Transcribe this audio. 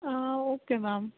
okay ma'am